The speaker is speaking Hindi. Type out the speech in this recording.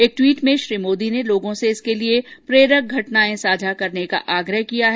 एक ट्वीट में श्री मोदी ने लोगों से इसके लिए प्रेरक घटनाएं साझा करने का आग्रह किया है